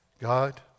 God